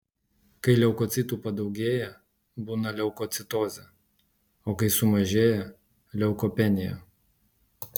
kai leukocitų padaugėja būna leukocitozė o kai sumažėja leukopenija